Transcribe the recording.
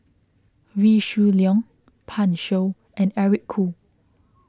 Wee Shoo Leong Pan Shou and Eric Khoo